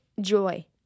joy